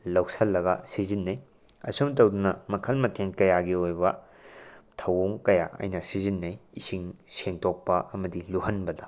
ꯂꯧꯁꯤꯜꯂꯒ ꯁꯤꯖꯤꯟꯅꯩ ꯑꯁꯨꯝ ꯇꯧꯗꯅ ꯃꯈꯜ ꯃꯊꯦꯜ ꯀꯌꯥꯒꯤ ꯑꯣꯏꯕ ꯊꯧꯑꯣꯡ ꯀꯌꯥ ꯑꯩꯅ ꯁꯤꯖꯟꯅꯩ ꯏꯁꯤꯡ ꯁꯦꯡꯗꯣꯛꯄ ꯑꯃꯗꯤ ꯂꯨꯍꯟꯕꯗ